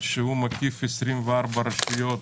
שמקיף 24 רשויות